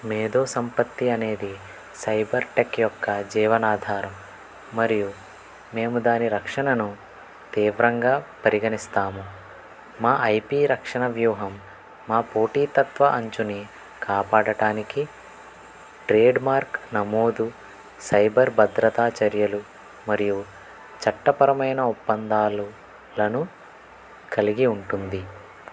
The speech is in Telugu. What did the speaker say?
మేధో సంపత్తి అనేది సైబర్టెక్ యొక్క జీవనాధారం మరియు మేము దాని రక్షణను తీవ్రంగా పరిగణిస్తాము మా ఐపీ రక్షణ వ్యూహం మా పోటీతత్వ అంచుని కాపాడటానికి ట్రేడ్మార్క్ నమోదు సైబర్ భద్రతా చర్యలు మరియు చట్టపరమైన ఒప్పందాలను కలిగి ఉంటుంది